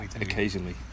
occasionally